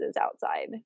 outside